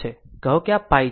કહો આ π છે તે આની જેમ 2π છે